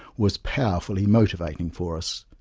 was powerfully motivating for us.